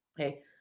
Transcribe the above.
Okay